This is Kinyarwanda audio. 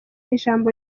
ijambo